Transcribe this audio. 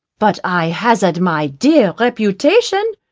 but i hazard my dear reputation,